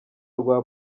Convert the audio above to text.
rwa